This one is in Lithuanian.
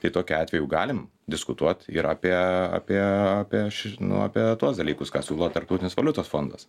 tai tokiu atveju jau galim diskutuot ir apie apie nu apie tuos dalykus ką siūlo tarptautinis valiutos fondas